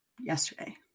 yesterday